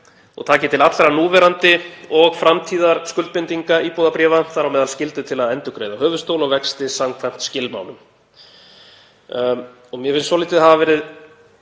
og taki til allra núverandi og framtíðarskuldbindinga íbúðabréfa, þar á meðal skyldu til að endurgreiða höfuðstól og vexti samkvæmt skilmálum. Mér finnst svolítið hafa verið